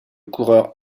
coureur